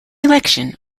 election